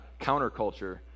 counterculture